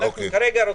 כרגע,